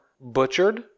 butchered